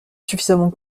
suffisamment